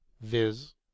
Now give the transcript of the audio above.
viz